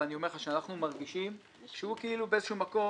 ואני אומר לך שאנחנו מרגישים שהוא באיזשהו מקום,